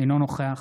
אינו נוכח